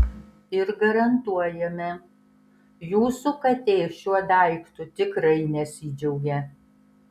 ir garantuojame jūsų katė šiuo daiktu tikrai nesidžiaugė